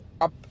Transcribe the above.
up